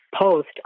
post